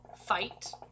fight